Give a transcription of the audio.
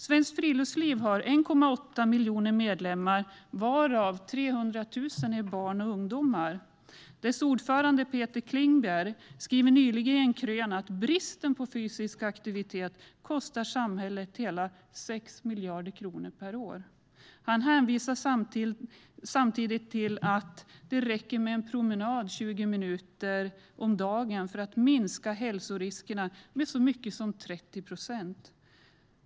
Svenskt Friluftsliv har 1,8 miljoner medlemmar, av vilka 300 000 är barn och ungdomar. Organisationens ordförande Per Klingbjer skrev nyligen i en krönika att bristen på fysisk aktivitet kostar samhället hela 6 miljarder kronor per år. Han hänvisar samtidigt till att det räcker med en promenad på 20 minuter om dagen för att minska hälsoriskerna med så mycket som 30 procent.